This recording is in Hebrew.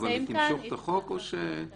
אבל היא תמשוך את החוק או שהיא ---?